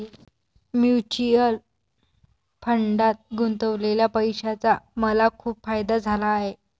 mutual फंडात गुंतवलेल्या पैशाचा मला खूप फायदा झाला आहे